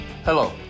Hello